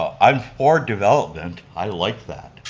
i'm for development, i like that,